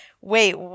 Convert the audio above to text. wait